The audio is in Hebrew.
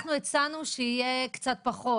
אנחנו הצענו שיהיה קצת פחות,